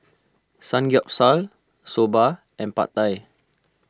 Samgeyopsal Soba and Pad Thai